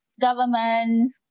government